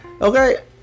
Okay